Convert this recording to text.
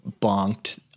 bonked